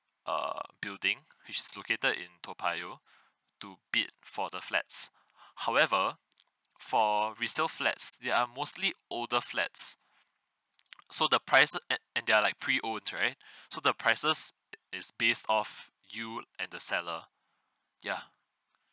err building it's located in toa payoh to bid for the flats however for resale flats they are mostly older flats so the prices at at they're like pre owned right so the prices is based of you and the seller ya